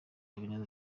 habineza